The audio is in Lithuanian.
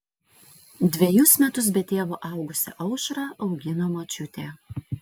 dvejus metus be tėvo augusią aušrą augino močiutė